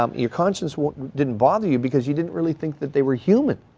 um your conscious didn't bother you because you didn't really think that they were human.